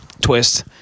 twist